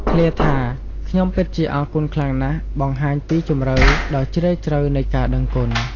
ឃ្លាថា ខ្ញុំពិតជាអរគុណខ្លាំងណាស់ បង្ហាញពីជម្រៅដ៏ជ្រាលជ្រៅនៃការដឹងគុណ។